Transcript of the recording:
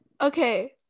Okay